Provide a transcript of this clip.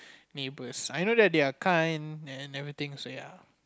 neighbors I know that they are kind and and everything so ya